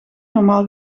normaal